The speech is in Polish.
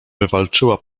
wywalczyła